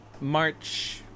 March